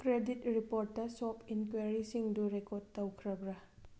credit ꯔꯦꯄꯣꯔꯠꯇ ꯁꯣꯞ ꯏꯟꯀ꯭ꯋꯥꯔꯤꯁꯤꯡꯗꯨ ꯔꯦꯀꯣꯔꯠ ꯇꯧꯈ꯭ꯔꯕ꯭ꯔꯥ